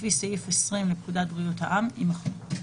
לפי סעיף 20 לפקודת בריאות העם״ - יימחקו,